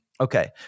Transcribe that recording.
okay